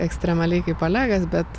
ekstremaliai kaip olegas bet